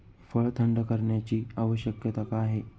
फळ थंड करण्याची आवश्यकता का आहे?